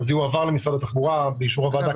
זה יועבר למשרד התחבורה באישור המשרד.